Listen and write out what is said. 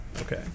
Okay